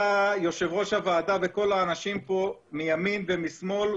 אתה יושב-ראש הוועדה וכל האנשים פה מימין ומשמאל,